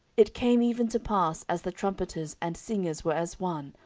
it came even to pass, as the trumpeters and singers were as one,